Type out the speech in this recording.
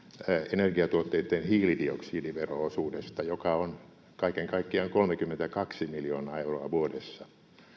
energiatuotteitten hiilidioksidivero osuudesta joka on kaiken kaikkiaan kolmekymmentäkaksi miljoonaa euroa vuodessa